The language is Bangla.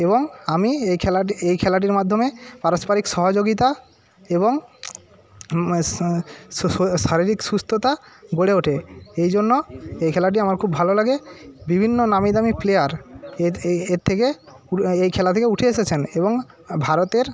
এবং আমি এই খেলাটি এই খেলাটির মাধ্যমে পারস্পারিক সহযোগিতা এবং শারীরিক সুস্থতা গড়ে ওঠে এই জন্য এই খেলাটি আমার খুব ভালো লাগে বিভিন্ন নামি দামি প্লেয়ার এর থেকে এ এই খেলা থেকে উঠে এসেছেন এবং ভারতের